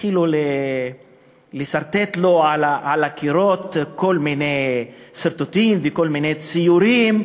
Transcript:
התחילו לסרטט לו על הקירות כל מיני סרטוטים וכל מיני ציורים,